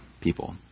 people